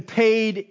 paid